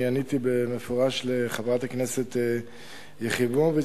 אני עניתי במפורש לחברת הכנסת יחימוביץ